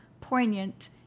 poignant